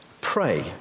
pray